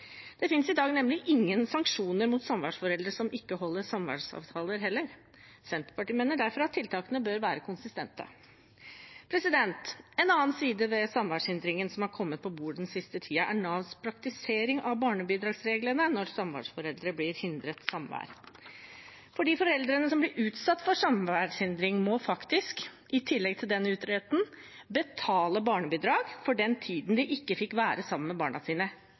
Det finnes i dag nemlig ingen sanksjoner mot samværsforeldre som ikke holder samværsavtaler. Senterpartiet mener derfor at tiltakene bør være konsistente. En annen side ved samværshindringen som har kommet på bordet den siste tiden, er Navs praktisering av barnebidragsreglene når samværsforeldre blir hindret samvær, for de foreldrene som blir utsatt for samværshindring, må faktisk, i tillegg til den uretten, betale barnebidrag for den tiden de ikke fikk være sammen med barna sine